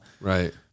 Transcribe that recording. Right